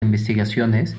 investigaciones